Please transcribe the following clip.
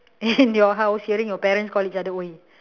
in your house hearing your parents calling each other !oi!